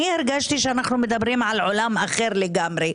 הרגשתי שאנו מדברים על עולם אחר לגמרי.